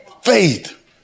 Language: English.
faith